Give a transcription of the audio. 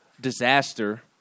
disaster